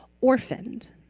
orphaned